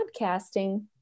podcasting